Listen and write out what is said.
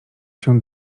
się